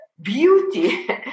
Beauty